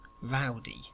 rowdy